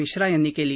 मिश्रा यांनी केली